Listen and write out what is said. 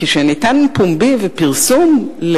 כשניתן פומבי ופרסום,